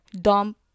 dump